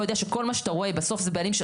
יודע שכל מה שאתה רואה בסוף אלה הבעלים,